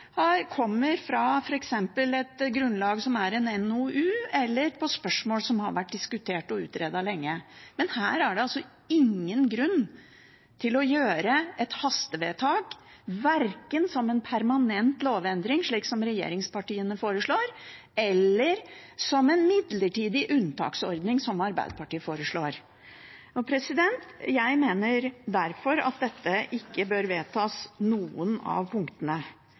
grunnlag av f.eks. en NOU eller spørsmål som har vært diskutert og utredet lenge. Men her er det altså ingen grunn til å gjøre et hastevedtak, verken om en permanent lovendring, som regjeringspartiene foreslår, eller om en midlertidig unntaksordning, som Arbeiderpartiet foreslår. Jeg mener derfor at ingen av punktene i forslaget bør vedtas.